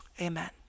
amen